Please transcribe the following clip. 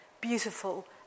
beautiful